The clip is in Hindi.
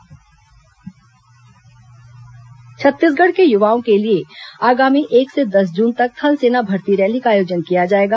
थल सेना भर्ती रैली छत्तीसगढ़ के युवाओं के लिए आगामी एक से दस जून तक थल सेना भर्ती रैली का आयोजन किया जाएगा